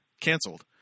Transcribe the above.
canceled